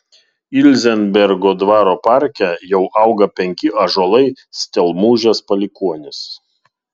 ilzenbergo dvaro parke jau auga penki ąžuolai stelmužės palikuonys